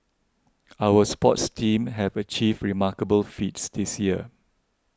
our sports teams have achieved remarkable feats this year